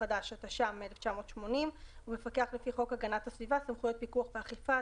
התש"ם 1980 ומפקח לפי חוק הגנת הסביבה (סמכויות פיקוח ואכיפה),